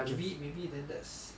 maybe maybe then that's